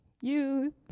youth